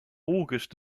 august